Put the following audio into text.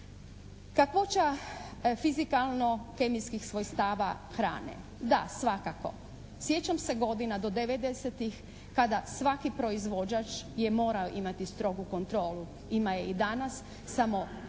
Kakvoća fizikalno kemijskih svojstava hrane. Da, svakako. Sjećam se godina do 90-tih kada svaki proizvođač je morao imati strogu kontrolu, ima je i danas, samo tu